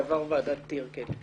בעבר ועדת טירקל.